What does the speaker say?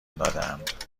دادهاند